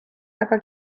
väga